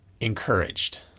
Encouraged